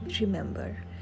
remember